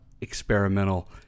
experimental